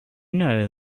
know